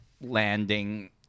landing